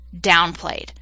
downplayed